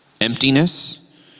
emptiness